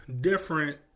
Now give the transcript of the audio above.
different